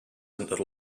into